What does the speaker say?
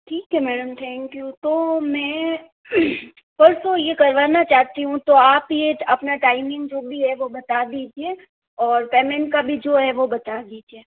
ठीक है ma'am thank you तो मैं परसों ये करवाना चाहती हूँ तो आप ये अपना टाइमिंग जो भी है वो बता दीजिए और पेमेंट का भी जो है वो बता दीजिए